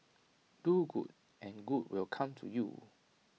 do good and good will come to you